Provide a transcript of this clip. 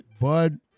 Bud